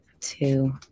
two